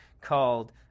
called